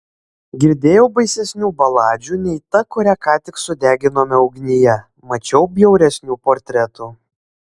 girdėjau baisesnių baladžių nei ta kurią ką tik sudeginome ugnyje mačiau bjauresnių portretų